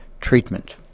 treatment